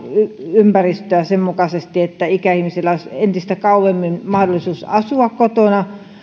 ympäristöä sen mukaisesti että ikäihmisillä olisi entistä kauemmin mahdollisuus asua kotona